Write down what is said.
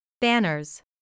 banners